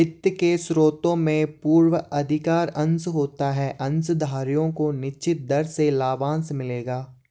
वित्त के स्रोत में पूर्वाधिकार अंश होता है अंशधारियों को निश्चित दर से लाभांश मिलेगा